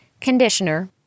conditioner